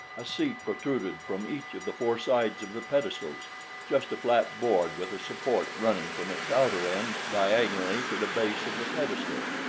a seat protruded from each of the four sides of the pedestals just a flat board with a support running from its outer end diagonally to the base of the pedestal.